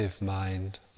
mind